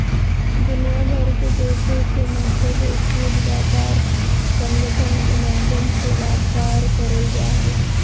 दुनिया भर के देशों के मध्य विश्व व्यापार संगठन के माध्यम से व्यापार करल जा हइ